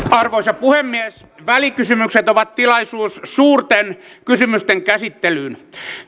arvoisa puhemies välikysymykset ovat tilaisuus suurten kysymysten käsittelyyn